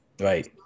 Right